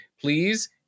Please